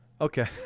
Okay